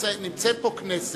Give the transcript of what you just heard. נמצאת פה כנסת,